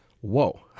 whoa